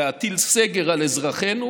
להטיל סגר על אזרחינו